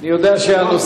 אני יודע שהנושא,